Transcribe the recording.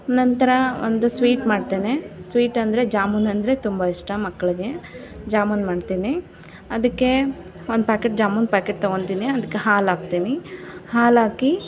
ನಂತರ ಒಂದು ಸ್ವೀಟ್ ಮಾಡ್ತೇನೆ ಸ್ವೀಟ್ ಅಂದರೆ ಜಾಮೂನ್ ಅಂದರೆ ತುಂಬ ಇಷ್ಟ ಮಕ್ಕಳಿಗೆ ಜಾಮೂನ್ ಮಾಡ್ತೀನಿ ಅದಕ್ಕೆ ಒಂದು ಪ್ಯಾಕೆಟ್ ಜಾಮೂನ್ ಪ್ಯಾಕೆಟ್ ತಗೊಳ್ತೀನಿ ಅದ್ಕೆ ಹಾಲು ಹಾಕ್ತೀನಿ ಹಾಲು ಹಾಕಿ